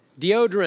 deodorant